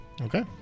Okay